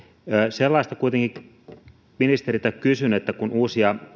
sellaista kuitenkin ministeriltä kysyn että kun uusia